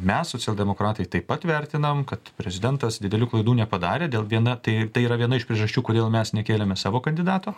mes socialdemokratai taip pat vertinam kad prezidentas didelių klaidų nepadarė dėl viena tai tai yra viena iš priežasčių kodėl mes nekėlėme savo kandidato